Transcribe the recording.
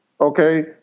okay